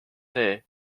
see